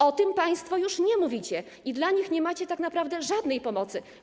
O tym państwo już nie mówicie i dla nich nie macie tak naprawdę żadnej pomocy.